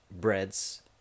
Bread's